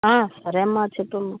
సరేమ్మా చెప్పమ్మ